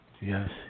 Yes